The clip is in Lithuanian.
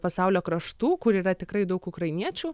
pasaulio kraštų kur yra tikrai daug ukrainiečių